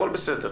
הכל בסדר.